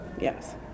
Yes